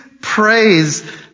praise